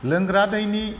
लोंग्रा दैनि